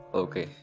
okay